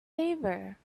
favor